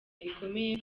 ikomeye